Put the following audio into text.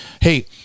hey